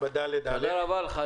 תודה רבה לך,